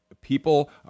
People